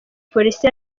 polisi